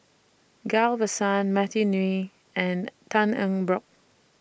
Ghillie BaSan Matthew Ngui and Tan Eng Bock